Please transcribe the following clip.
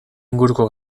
inguruko